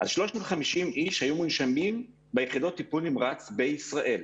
אז 350 איש היו מונשמים ביחידות טיפול נמרץ בישראל.